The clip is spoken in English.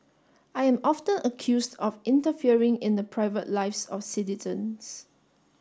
I am often accused of interfering in the private lives of citizens